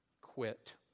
quit